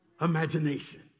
imagination